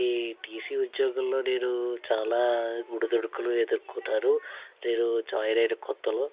ఈ టీసీ ఉద్యోగంలో నేను చాల ఒడిదుడుకులు ఎదుర్కొన్నాను నేను జాయిన్ అయిన కొత్తలో